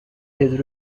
his